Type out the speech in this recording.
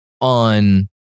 on